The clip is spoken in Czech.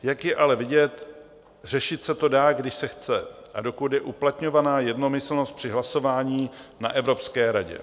Jak je ale vidět, řešit se to dá, když se chce a dokud je uplatňována jednomyslnost při hlasování na Evropské radě.